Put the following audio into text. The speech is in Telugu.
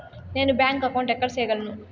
నేను బ్యాంక్ అకౌంటు ఎక్కడ సేయగలను